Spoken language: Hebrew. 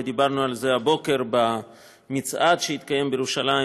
ודיברנו על זה הבוקר במצעד שהתקיים בירושלים,